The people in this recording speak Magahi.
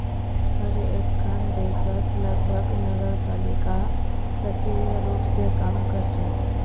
हर एकखन देशत लगभग नगरपालिका सक्रिय रूप स काम कर छेक